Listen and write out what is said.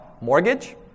mortgage